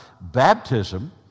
baptism